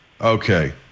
Okay